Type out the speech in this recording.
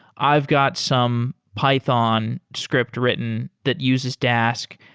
i've got some python script written that uses dask,